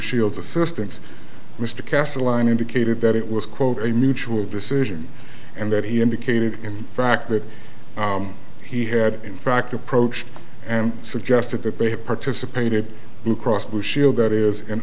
shield assistance mr cassatt line indicated that it was quote a mutual decision and that he indicated in fact that he had in fact approached and suggested that they had participated blue cross blue shield that is in